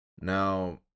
Now